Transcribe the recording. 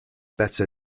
better